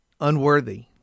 unworthy